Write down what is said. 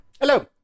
Hello